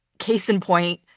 case in point,